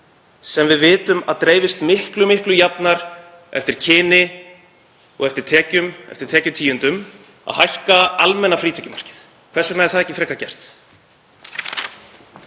sem við vitum að dreifist miklu jafnar eftir kyni og eftir tekjum, eftir tekjutíundum, að hækka almenna frítekjumarkið? Hvers vegna er það ekki frekar gert?